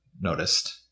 noticed